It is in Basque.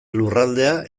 lurraldea